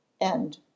End